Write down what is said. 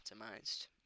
optimized